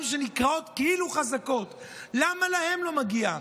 שנקראות כאילו "חזקות" למה להן לא מגיע?